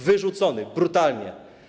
Wyrzucony, brutalnie.